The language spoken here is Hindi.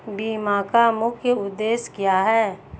बीमा का मुख्य उद्देश्य क्या है?